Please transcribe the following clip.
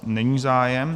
Není zájem.